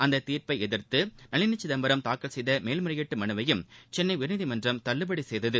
அந்த தீர்ப்பை எதிர்த்து நளினி சிதம்பரம் தாக்கல்செய்த மேல் முறையீட்டு மனு வையும் சென்னை உயர்நீதி மன்றம்தள்ளுபடி செய்தது